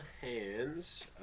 hands